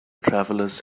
travelers